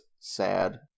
sad